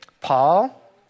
Paul